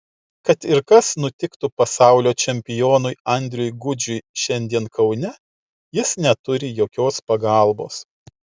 kad ir kas nutiktų pasaulio čempionui andriui gudžiui šiandien kaune jis neturi jokios pagalbos